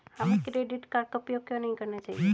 हमें credit card का उपयोग क्यों नहीं करना चाहिए?